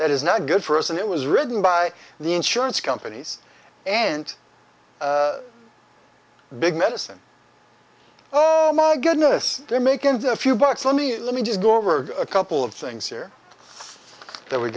that is not good for us and it was written by the insurance companies and big medicine oh my goodness they're macon's a few bucks let me let me just go over a couple of things here